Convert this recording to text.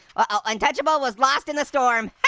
oh, untouchable was lost in the storm,